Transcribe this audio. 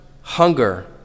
hunger